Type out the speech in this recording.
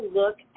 look